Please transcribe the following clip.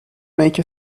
make